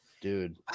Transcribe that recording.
Dude